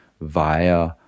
via